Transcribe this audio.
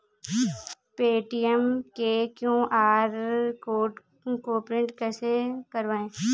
Paytm के QR code को print कैसे करवाएँ?